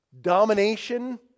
domination